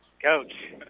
coach